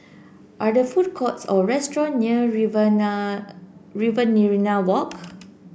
are there food courts or restaurant near Riverina Riverina Walk